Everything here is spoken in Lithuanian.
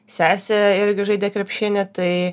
sesė irgi žaidė krepšinį tai